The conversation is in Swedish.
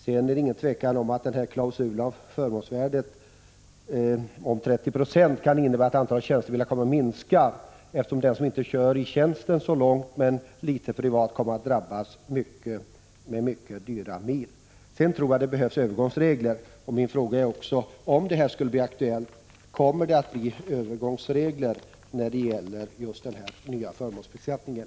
Det är inget tvivel om att klausulen att förmånsvärdet skall utgöra 30 96e av nybildpriset innebär att antalet tjänstebilar kommer att minska, eftersom den som inte kör så långt i tjänsten kommer att drabbas av mycket dyrbara mil. Det kommer att behövas övergångsregler, och min fråga är: Om detta förslag skulle bli aktuellt, kommer det att bli övergångsregler när det gäller den nya förmånsbeskattningen?